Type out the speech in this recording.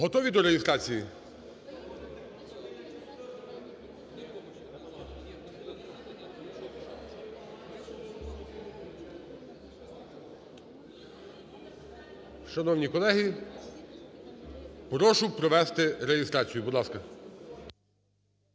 Готові до реєстрації? Шановні колеги, прошу провести реєстрацію. Будь ласка.